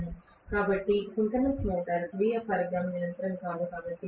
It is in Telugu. కాబట్టి సింక్రోనస్ మోటారు స్వీయ పరిబ్రమణ యంత్రం కాదు కాబట్టి